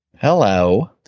Hello